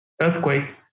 earthquake